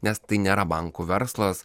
nes tai nėra bankų verslas